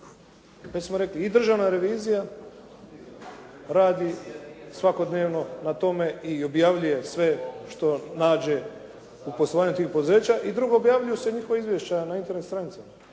i Državna revizija radi svakodnevno na tome i objavljuje sve što nađe u poslovanju tih poduzeća. I drugo, objavljuju se njihova izvješća na Internet stranicama,